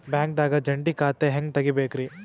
ಬ್ಯಾಂಕ್ದಾಗ ಜಂಟಿ ಖಾತೆ ಹೆಂಗ್ ತಗಿಬೇಕ್ರಿ?